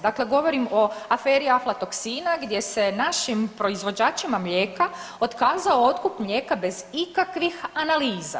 Dakle, govorim o aferi aflatoksina gdje se našim proizvođačima mlijeka otkazao otkup mlijeka bez ikakvih analiza.